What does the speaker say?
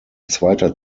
zweiter